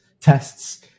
tests